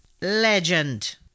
Legend